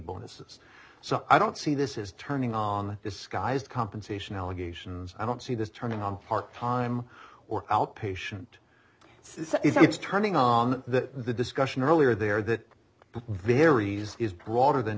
bonuses so i don't see this is turning on this guy's compensation allegations i don't see this turning on part time or outpatient says that it's turning on the discussion earlier there that varies is broader than